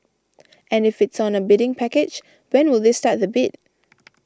and if it's on a bidding package when will they start the bid